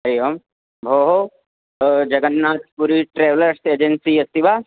हरिः ओम् भोः जगन्नाथ्पुरी ट्रेवलर्स् एजेन्सि अस्ति वा